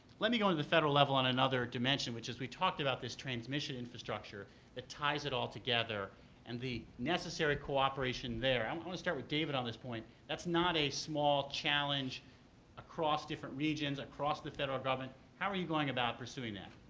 let me go into the federal level on another dimension which is we talked about this transmission infrastructure that ties it all together and the necessary cooperation there. i'm going to start with david on this point. that's not a small challenge across different regions, across the federal government. how are you going about pursuing that?